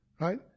right